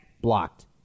blocked